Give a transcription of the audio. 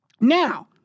Now